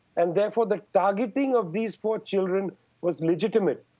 and therefore the targeting of these four children was legitimate.